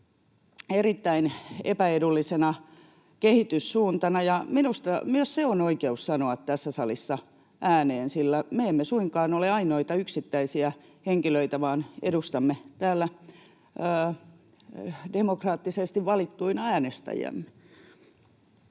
erittäin epäedullisena kehityssuuntana, ja minusta myös se on oikeus sanoa tässä salissa ääneen, sillä me emme suinkaan ole ainoita yksittäisiä henkilöitä, vaan edustamme täällä demokraattisesti valittuina äänestäjiämme.